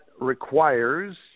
requires